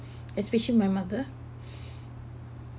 especially my mother